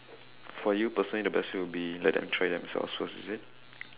for you personally the best way would be let them try themselves first is it